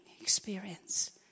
experience